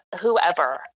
whoever